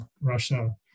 Russia